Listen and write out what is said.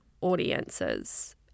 audiences